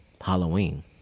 Halloween